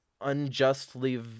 unjustly